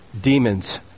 demons